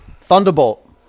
thunderbolt